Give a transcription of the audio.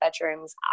bedrooms